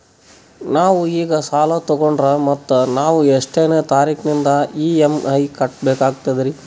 ನಾವು ಈಗ ಸಾಲ ತೊಗೊಂಡ್ರ ಮತ್ತ ನಾವು ಎಷ್ಟನೆ ತಾರೀಖಿಲಿಂದ ಇ.ಎಂ.ಐ ಕಟ್ಬಕಾಗ್ತದ್ರೀ?